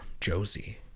Josie